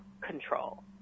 control